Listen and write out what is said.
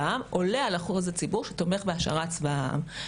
העם" עולה על אחוז הציבור שתומך בהשארת צבא העם.